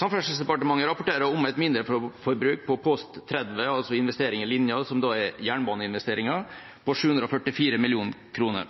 Samferdselsdepartementet rapporterer om et mindreforbruk på post 30 – altså investeringer i linja, som da er jernbaneinvesteringer – på 744 mill. kr.